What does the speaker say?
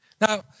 now